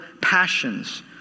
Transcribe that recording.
passions